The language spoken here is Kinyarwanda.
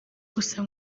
gusa